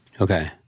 Okay